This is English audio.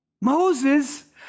Moses